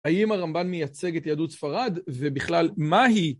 האם הרמב״ן מייצג את יהדות ספרד, ובכלל מה היא?